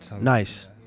Nice